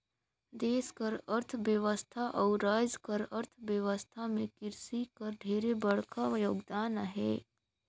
देस कर अर्थबेवस्था अउ राएज कर अर्थबेवस्था में किरसी कर ढेरे बड़खा योगदान अहे